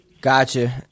Gotcha